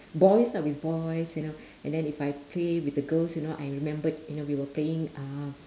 boys lah with boys you know and then if I play with the girls you know I remembered you know we were playing uh